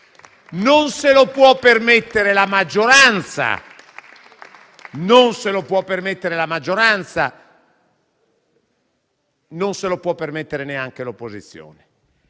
Non se lo può permettere la maggioranza e non se lo può permettere neanche l'opposizione.